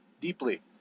deeply